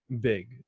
big